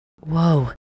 Whoa